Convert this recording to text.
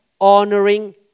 honoring